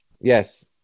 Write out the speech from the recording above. yes